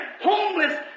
homeless